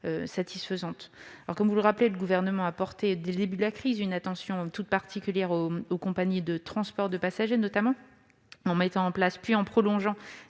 satisfaisante. Le Gouvernement a porté dès le début de la crise une attention toute particulière aux compagnies de transport de passagers, notamment en mettant en place puis en prolongeant